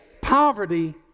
poverty